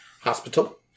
hospital